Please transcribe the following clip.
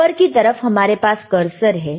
ऊपर की तरफ हमारे पास करसर है